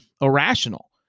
irrational